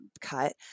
cut